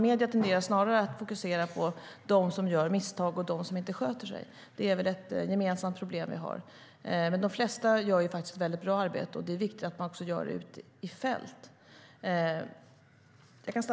Medierna tenderar snarare att fokusera på dem som gör misstag och dem som inte sköter sig - det är väl ett gemensamt problem vi har. Men de flesta gör faktiskt ett väldigt bra arbete. Det är viktigt att man också gör det ute i fält.